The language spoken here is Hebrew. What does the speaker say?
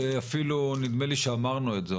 ואפילו נדמה לי שאמרנו את זה.